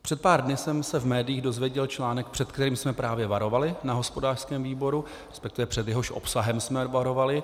Před pár dny jsem se v médiích dozvěděl článek, před kterým jsme právě varovali na hospodářském výboru, respektive před jehož obsahem jsme varovali.